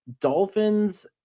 Dolphins